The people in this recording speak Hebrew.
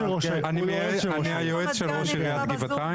אני היועץ של ראש עיריית גבעתיים.